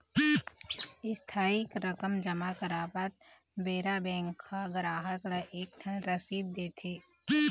इस्थाई रकम जमा करवात बेरा बेंक ह गराहक ल एक ठन रसीद देथे